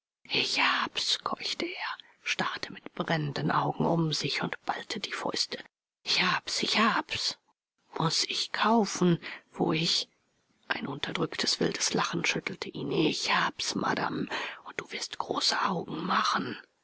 ich hab's keuchte er starrte mit brennenden augen um sich und ballte die fäuste ich hab's ich hab's muß ich kaufen wo ich ein unterdrücktes wildes lachen schüttelte ihn ich hab's madame und du wirst große augen machen